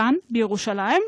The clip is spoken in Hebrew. כאן בירושלים,